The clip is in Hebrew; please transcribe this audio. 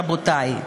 רבותי.